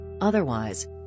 Otherwise